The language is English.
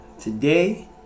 today